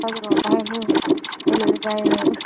పది రూపాయలు వెల్లుల్లిపాయలు